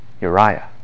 Uriah